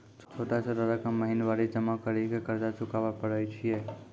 छोटा छोटा रकम महीनवारी जमा करि के कर्जा चुकाबै परए छियै?